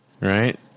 right